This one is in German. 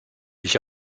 ich